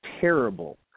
terrible